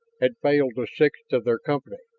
had failed the sixth of their company.